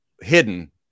hidden